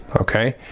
okay